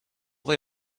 they